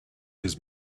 his